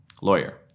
Lawyer